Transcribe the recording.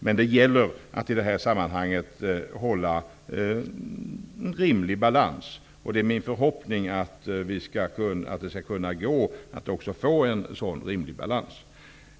Men i detta sammanhang gäller det att hålla en rimlig balans. Det är min förhoppning att det också skall gå att uppnå en sådan balans.